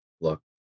Look